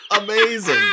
amazing